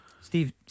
Steve